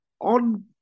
on